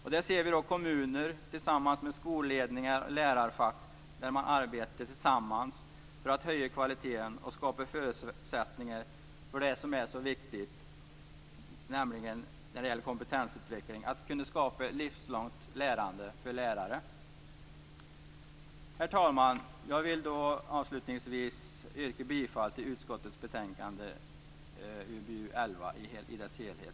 Vi kan se kommuner arbeta tillsammans med skolledningar och lärarfack för att höja kvaliteten och skapa förutsättningar för det som är så viktigt när det gäller kompetensutveckling, nämligen att kunna skapa ett livslångt lärande för lärare. Herr talman! Avslutningsvis yrkar jag bifall till hemställan i betänkande UbU11 i dess helhet.